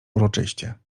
uroczyście